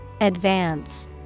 Advance